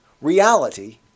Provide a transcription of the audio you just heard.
reality